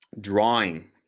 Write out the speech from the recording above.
Drawing